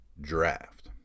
Draft